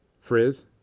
Frizz